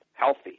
healthy